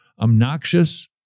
Obnoxious